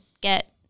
get